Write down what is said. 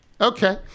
Okay